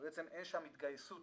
אבל בעצם אין שם התגייסות